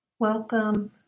Welcome